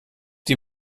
die